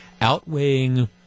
outweighing